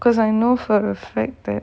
because I know for a fact that